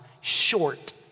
short